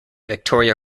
victoria